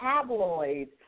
tabloids